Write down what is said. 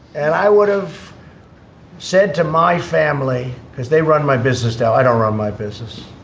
and i would have said to my family because they run my business now i don't run my business.